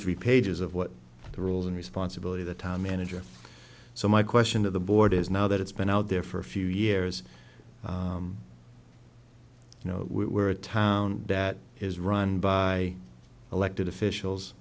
three pages of what the rules and responsibility the town manager so my question to the board is now that it's been out there for a few years you know we're a town that is run by elected officials